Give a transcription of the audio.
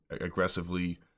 aggressively